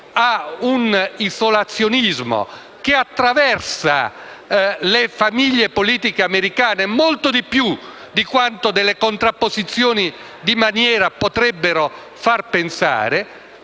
a un isolazionismo che attraversa le famiglie politiche americane molto più di quanto le contrapposizioni durissime di questi giorni potrebbero far pensare.